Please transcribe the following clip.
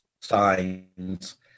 signs